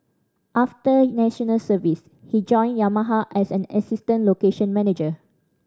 after National Service he joined Yamaha as an assistant location manager